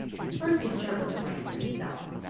first, you start with the rice itself,